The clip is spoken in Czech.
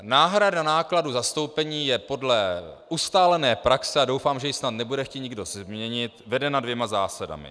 Náhrada nákladů zastoupení je podle ustálené praxe, a doufám, že ji snad nebude chtít nikdo změnit, vedena dvěma zásadami.